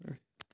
হয়